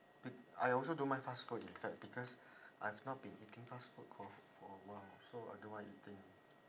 be~ I also don't mind fast food in fact because I've not been eating fast food for for a while so I don't mind eating